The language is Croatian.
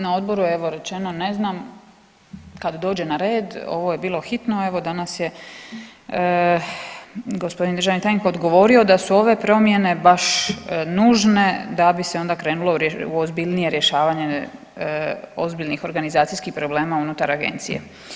Na odboru je evo rečeno ne znam, kad dođe na red ovo je bilo hitno, evo danas je g. državni tajnik odgovorio da su ove promjene baš nužne da bi se onda krenulo u ozbiljnije rješavanje ozbiljnih organizacijskih problema unutar agencije.